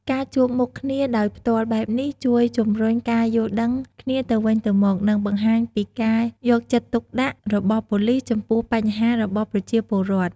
ការជួបមុខគ្នាដោយផ្ទាល់បែបនេះជួយជំរុញការយល់ដឹងគ្នាទៅវិញទៅមក និងបង្ហាញពីការយកចិត្តទុកដាក់របស់ប៉ូលិសចំពោះបញ្ហារបស់ប្រជាពលរដ្ឋ។